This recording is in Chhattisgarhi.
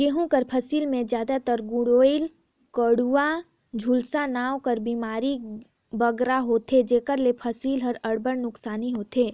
गहूँ कर फसिल में जादातर गेरूई, कंडुवा, झुलसा नांव कर बेमारी बगरा होथे जेकर ले फसिल ल अब्बड़ नोसकानी होथे